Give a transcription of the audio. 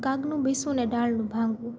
કાગનું બેસવું અને ડાળનું ભાંગવું